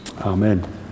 Amen